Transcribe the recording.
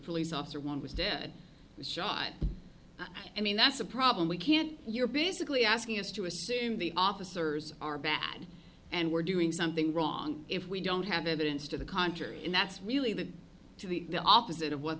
police officer one was dead shot i mean that's a problem we can't you're basically asking us to assume the officers are bad and we're doing something wrong if we don't have evidence to the contrary and that's really the to the the opposite of what